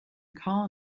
colin